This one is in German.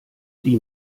die